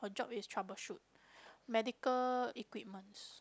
her job is troubleshoot medical equipments